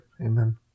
Amen